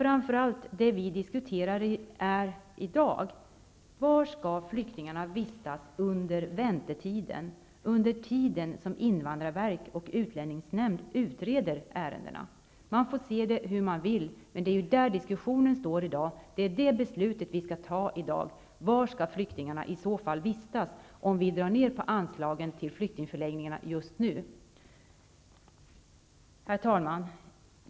Vad vi i dag diskuterar är framför allt var flyktingarna skall vistas under väntetiden, under den tid som invandrarverket och utlänningsnämnden utreder de olika ärendena. Man må se på detta hur man vill, men det är detta som diskussionen och beslutet i dag handlar om. Var skall alltså flyktingarna vistas om vi drar ner på anslagen till flyktingförläggningarna just nu? Herr talman!